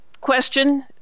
question